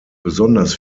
besonders